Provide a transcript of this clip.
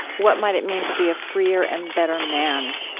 what might it mean to be a freer and better man,